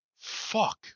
Fuck